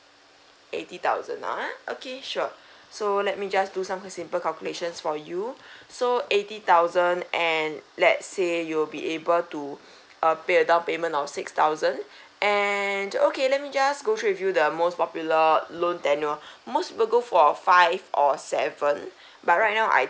eighty thousand ah okay sure so let me just do some simple calculations for you so eighty thousand and let say you'll be able to uh pay a payment of six thousand and okay let me just go through with you the most popular loan tenure most will go for five or seven but right now I